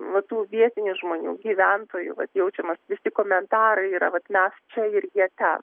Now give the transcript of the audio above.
va tų vietinių žmonių gyventojų vat jaučiamas visi komentarai yra vat mes čia ir jie ten